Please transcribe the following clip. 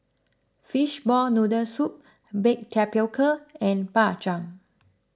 Fishball Noodle Soup Baked Tapioca and Bak Chang